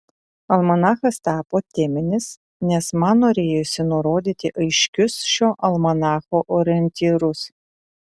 almanachas tapo teminis nes man norėjosi nurodyti aiškius šio almanacho orientyrus